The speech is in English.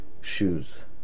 shoes